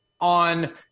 on